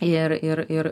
ir ir ir